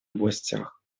областях